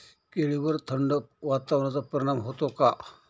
केळीवर थंड वातावरणाचा परिणाम होतो का?